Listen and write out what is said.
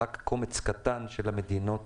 רק קומץ קטן של המדינות